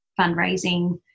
fundraising